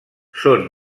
són